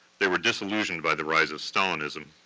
they were disillusioned by the rise of stalinism.